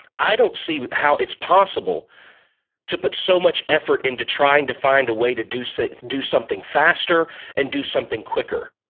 i don't see how it's possible to put so much effort into trying to find a way to do so do something faster and do something quicker